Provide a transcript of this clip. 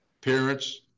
parents